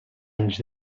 anys